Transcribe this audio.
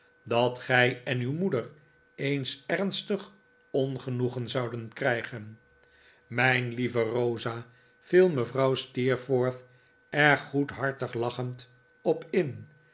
dat gij en uw moeder eens ernstig ongenoegen zouden krijgen mijn lieve rosa viel mevrouw steerforth er goedhartig lachend op in